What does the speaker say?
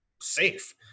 safe